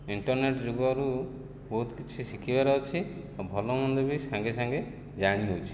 internet ଯୁଗରୁ ବହୁତ କିଛି ଶିଖିବାର ଅଛି ଆଉ ଭଲମନ୍ଦ ବି ସାଙ୍ଗେସାଙ୍ଗେ ଜାଣିହେଉଛି